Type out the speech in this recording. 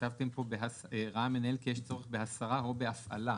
כתבתם פה "..ראה המנהל כי יש צורך בהסרה או בהפעלה..",